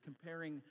comparing